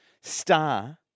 Star